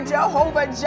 Jehovah